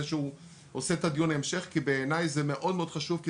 שהוא עושה את הדיון המשך כי בעיניי זה מאוד מאוד חשוב.